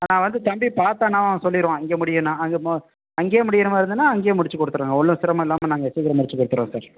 நான் வந்து தம்பி பார்த்தானா சொல்லிடுவான் இங்கே முடியுன்னால் அங்கே மொ அங்கே முடிகிற மாதிரி இருந்ததுனா அங்கே முடித்து கொடுத்துருவேங்க ஒன்றும் சிரமம் இல்லாமல் நாங்கள் சீக்கிரம் முடித்து கொடுத்துருவோம் சார்